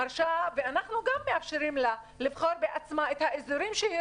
מרשה לעצמה וגם אנחנו מאפשרים לה לבחור בעצמה את האזורים שהיא